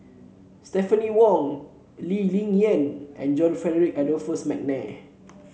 Stephanie Wong Lee Ling Yen and John Frederick Adolphus McNair